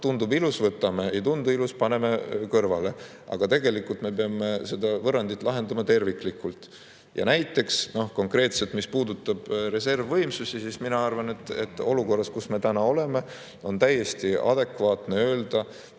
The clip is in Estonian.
tundub ilus, võtame, ei tundu ilus, paneme kõrvale. Aga tegelikult me peame seda võrrandit lahendama terviklikult. Näiteks konkreetselt, mis puudutab reservvõimsusi, siis mina arvan, et olukorras, kus me täna oleme, on täiesti adekvaatne öelda,